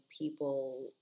people